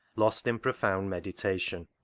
lost in profound meditation.